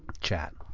Chat